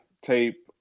tape